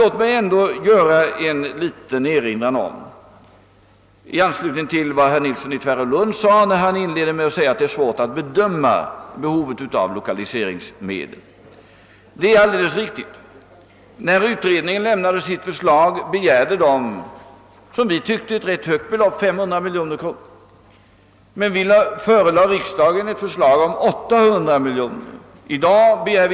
Låt mig ändå göra en liten erinran i anslutning till vad herr Nilsson i Tvärålund sade, nämligen att det är svårt att bedöma behovet av lokaliseringsmedel. Det är alldeles riktigt. När utredningen lämnade sitt förslag begärde den ett enligt vår mening rätt högt belopp, 500 miljoner kronor. Vi förelade riksdagen ett förslag om 800 miljoner kronor.